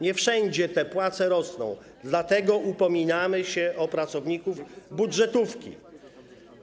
Nie wszędzie te płace rosną, dlatego upominamy się o pracowników budżetówki.